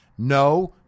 No